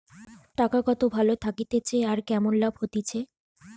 টাকা কত ভালো থাকতিছে আর কেমন লাভ হতিছে